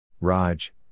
Raj